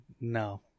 no